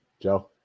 Joe